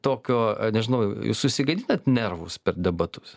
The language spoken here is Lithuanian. tokio nežinau jūs susigadinsit nervus per debatus